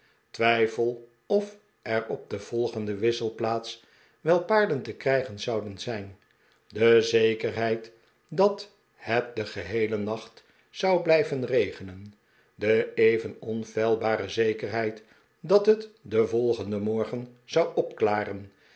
twijfel of er op de volgende wisselplaats wel paarden te krijgen zouden zijn de zekerheid dat het den geheelen nacht zou blijven regenen de even onfeilbare zekerheid dat het den volgenden morgen zou opklaren